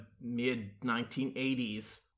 mid-1980s